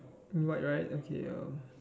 white right okay